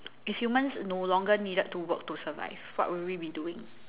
if humans no longer needed to work to survive what will we be doing